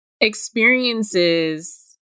experiences